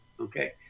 okay